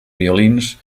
violins